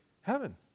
heaven